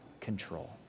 control